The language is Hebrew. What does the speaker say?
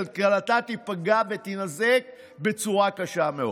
כלכלתה תיפגע ותינזק בצורה קשה מאוד.